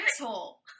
asshole